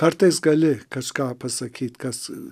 kartais gali kažką pasakyt kas